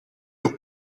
duc